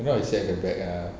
you know I sat at the back ah